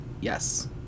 Yes